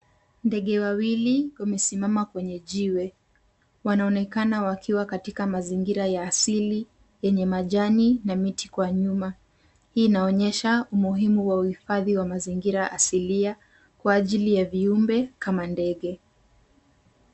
Ndege wawili wamesimama kwenye jiwe. Wanaonekana wakiwa katika mazingira ya asili yenye majani na miti kwa nyuma. Hii inaonyesha umuhimu wa uhifadhi wa mazingira asilia kwa ajili ya viumbe kama ndege.